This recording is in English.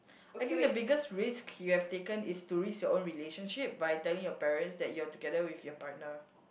I think the biggest risk you have taken is to risk your own relationship by telling your parents that you are together with your partner